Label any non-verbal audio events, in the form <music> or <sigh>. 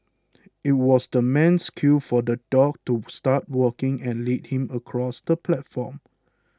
<noise> it was the man's cue for the dog to start walking and lead him across the platform